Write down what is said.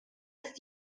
ist